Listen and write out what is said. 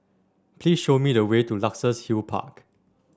please show me the way to Luxus Hill Park